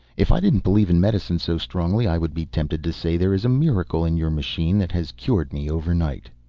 if i didn't believe in medicine so strongly, i would be tempted to say there is a miracle in your machine that has cured me overnight.